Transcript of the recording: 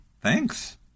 Thanks